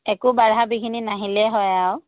একো বাধা বিঘিনি নাহিলেই হয় আৰু